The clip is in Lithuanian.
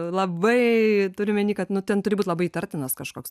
labai turiu omeny kad nu ten turi būt labai įtartinas kažkoks